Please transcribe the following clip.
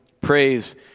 praise